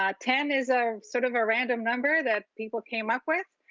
um ten is ah sort of a random number that people came up with,